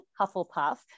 Hufflepuff